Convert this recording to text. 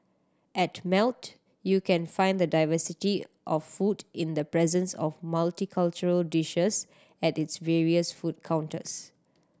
at Melt you can find the diversity of food in the presence of multicultural dishes at its various food counters